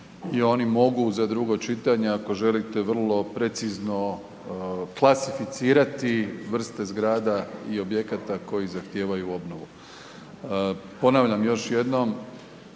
i oni mogu za drugo čitanje ako želite vrlo precizno klasificirati vrste zgrada i objekata koje zahtijevaju obnovu. Ponavljam još jednom,